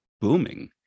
booming